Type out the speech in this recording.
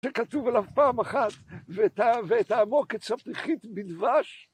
שכתוב עליו פעם אחת, וטעמו כצפיחית בדבש.